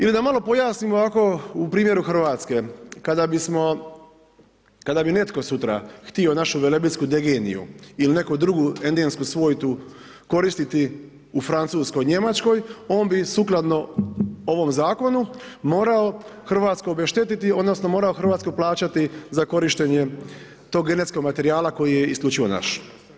Ili da malo pojasnim, ovako u primjeru Hrvatske, kada bismo, kada bi netko sutra, htio našu velebitsku degeniju ili neku drugu endemsku svojtu koristiti u Francuskoj i Njemačkoj, on bi sukladno ovom zakonu morao Hrvatsku obešteti, odnosno, morao Hrvatskoj plaćati, za korištenjem tog genetskog materijala koji je isključivo naš.